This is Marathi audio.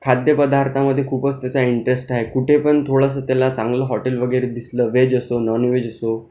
खाद्यपदार्थामध्ये खूपच त्याचा इंटरेस्ट आहे कुठे पण थोडंसं त्याला चांगलं हॉटेल वगैरे दिसलं व्हेज असो नॉन व्हेज असो